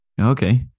Okay